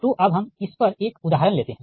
तो अब हम इस पर एक उदाहरण लेते हैं